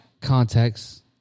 context